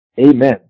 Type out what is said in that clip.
Amen